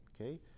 Okay